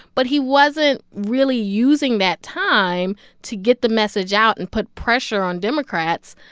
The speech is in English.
but he wasn't really using that time to get the message out and put pressure on democrats.